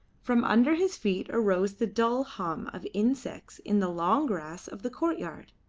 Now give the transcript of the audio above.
from under his feet arose the dull hum of insects in the long grass of the courtyard.